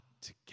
together